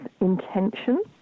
intention